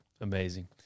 Amazing